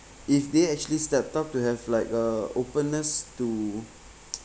if they actually stepped up to have like uh openness to